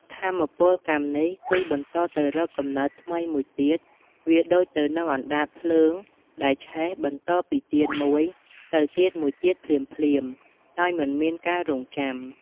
ថាមពលកម្មនេះគឺបន្តទៅរកកំណើតថ្មីមួយទៀត វាដូចទៅនឹងអណ្ដាតភ្លើងដែលឆេះបន្តពីទៀនមួយទៅទៀនមួយទៀតភ្លាមៗ ដោយមិនមានការរង់ចាំ។